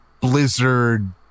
blizzard